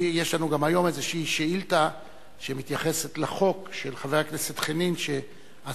יש לנו גם היום איזו שאילתא שמתייחסת לחוק של חבר הכנסת חנין והשר,